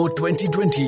2020